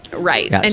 right. but and